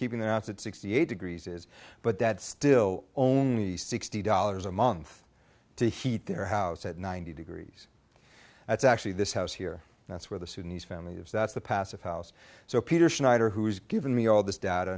keeping them out at sixty eight degrees is but that still only sixty dollars a month to heat their house at ninety degrees that's actually this house here that's where the sunni's family lives that's the passive house so peter schneider who's given me all this data